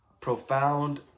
profound